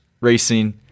racing